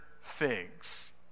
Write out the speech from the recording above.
figs